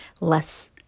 less